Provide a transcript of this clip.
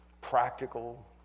practical